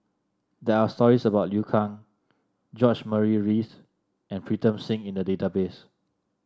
there are stories about Liu Kang George Murray Reith and Pritam Singh in the database